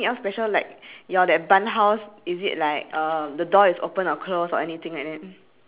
so strange because now we only have twelv~ I mean we only have ten differences one two three